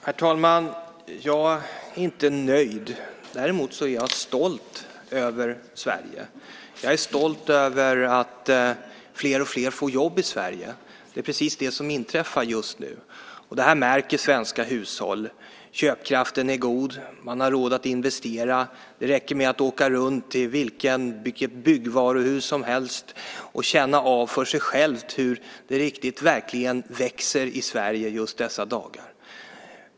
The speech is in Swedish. Herr talman! Jag är inte nöjd. Däremot är jag stolt över Sverige. Jag är stolt över att fler och fler får jobb i Sverige. Det är precis det som inträffar just nu. Det märker de svenska hushållen. Köpkraften är god. Man har råd att investera. Man kan åka till vilket byggvaruhus som helst och känna hur det växer i Sverige i dessa dagar.